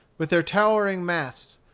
with their towering masts,